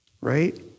Right